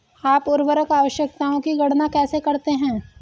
आप उर्वरक आवश्यकताओं की गणना कैसे करते हैं?